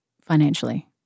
financially